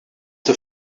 the